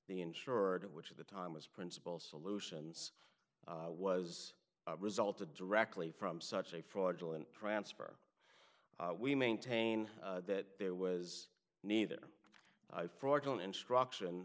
the insured which at the time was principal solutions was a result of directly from such a fraudulent transfer we maintain that there was neither i fraudulent instruction